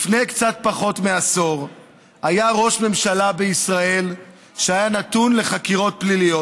לפני קצת פחות מעשור היה ראש ממשלה בישראל שהיה נתון בחקירות פליליות.